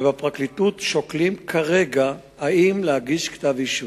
ובפרקליטות שוקלים כרגע אם להגיש כתב אישום.